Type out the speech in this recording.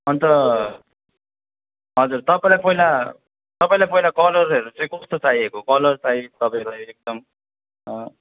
अन्त हजुर तपाईँलाई पहिला तपाईँलाई पहिला कलरहरू चाहिँ कस्तो चाहिएको कलर साइज तपाईँलाई एकदम